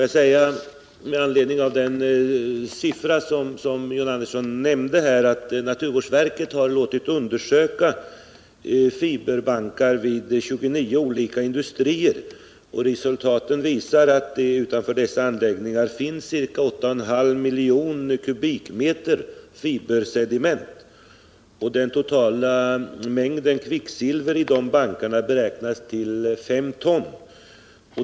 Låt mig med anledning av den siffra John Andersson nämnde säga att naturvårdsverket har låtit undersöka fiberbankar vid 29 olika industrier, och resultatet visar att det utanför dessa anläggningar finns ca 8,5 miljoner kubikmeter fibersediment. Den totala mängden kvicksilver i de bankarna beräknas till 5 ton.